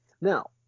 now